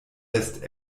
lässt